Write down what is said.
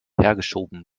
hergeschoben